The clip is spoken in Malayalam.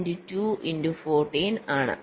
ഇത് 2×23−1 7×2 14 ആണ്